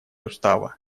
устава